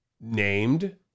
Named